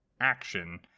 action